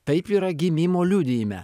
taip yra gimimo liudijime